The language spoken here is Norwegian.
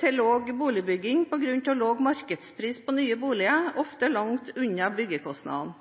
til lav boligbygging på grunn av lav markedspris på nye boliger, ofte langt under byggekostnaden.